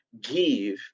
give